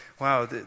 Wow